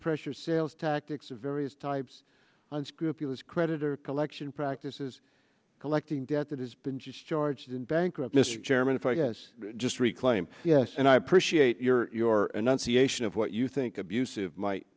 pressure sales tactics of various types unscrupulous creditor collection practices collecting debt that has been just charged in bankrupt mr chairman if i guess just reclaim yes and i appreciate your your enunciation of what you think abusive might